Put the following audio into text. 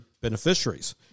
beneficiaries